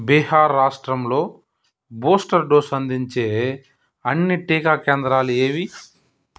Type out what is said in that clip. బీహార్ రాష్ట్రంలో booster dose అందించే అన్ని టీకా కేంద్రాలు ఏవి